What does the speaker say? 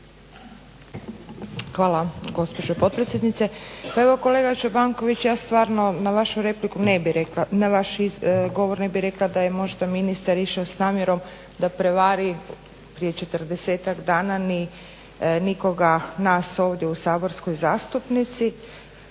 Hvala gospođo potpredsjednice. Pa evo kolega Čobanković ja stvarno na vašu repliku ne bi rekla, na vaš govor ne bi rekla da je možda ministar išao s namjerom da prevari prije 40-tak dana ni ikoga nas ovdje u saborskoj sabornici,